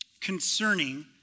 concerning